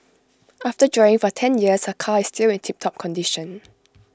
after driving for ten years her car is still in tiptop condition